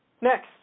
Next